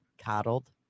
Coddled